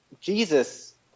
Jesus